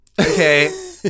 okay